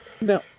Now